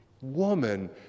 woman